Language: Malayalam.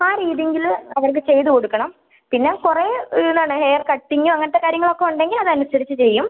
ആ രീതിയില് അവർക്ക് ചെയ്തുകൊടുക്കണം പിന്നെ കുറേ എന്താണ് ഹെയർ കട്ടിംഗ് അങ്ങനെയുള്ള കാര്യങ്ങളൊക്കെ ഉണ്ടെങ്കില് അതനുസരിച്ച് ചെയ്യും